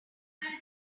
unravel